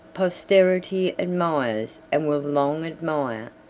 posterity admires, and will long admire,